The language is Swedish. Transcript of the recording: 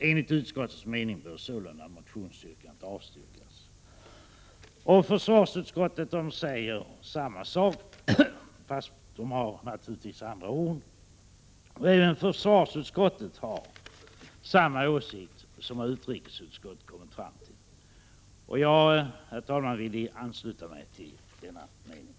Enligt utskottets uppfattning bör sålunda motionsyrkandet avstyrkas.” Försvarsutskottet har gett uttryck åt samma åsikt som utrikesutskottet har kommit fram till, men naturligtvis med andra ord. Jag vill, herr talman, ansluta mig till denna åsikt.